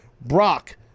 Brock